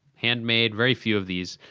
handmade. very few of these.